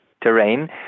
terrain